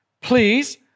Please